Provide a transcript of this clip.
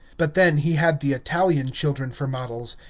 but then, he had the italian children for models,